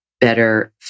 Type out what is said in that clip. better